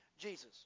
Jesus